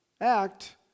act